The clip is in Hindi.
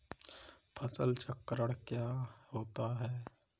फसल चक्रण क्या होता है?